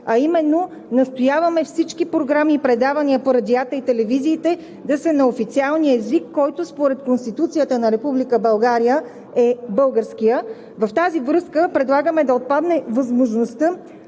а именно настояваме всички програми и предавания по радиата и телевизиите да са на официалния език, който според Конституцията на Република България, е българският. В тази връзка предлагаме да отпадне възможността